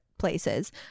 places